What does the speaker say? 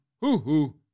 hoo-hoo